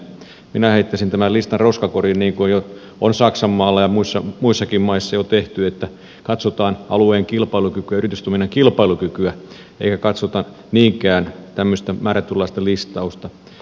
minä heittäisin tämä listan roskakoriin niin kuin on saksanmaalla ja muissakin maissa jo tehty missä katsotaan alueen kilpailukykyä yritystoiminnan kilpailukykyä eikä katsota niinkään tämmöistä määrätynlaista listausta